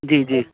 जी जी